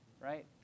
right